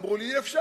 אמרו לי: אי-אפשר,